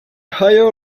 higher